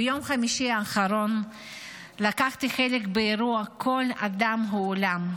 ביום חמישי האחרון לקחתי חלק באירוע "כל אדם הוא עולם".